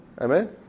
Amen